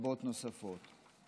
נוספות רבות.